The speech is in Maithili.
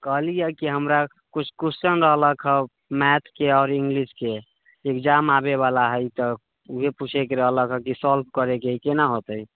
कहलिएहँ कि हमरा किछु क्वेश्चन रहलकहँ मैथके आओर इङ्गलिशके एक्जाम आबैवला हइ तऽ वएह पुछैके रहलकहँ कि सॉल्व करैके हइ कोना होतै